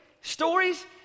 Stories